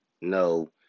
no